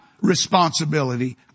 responsibility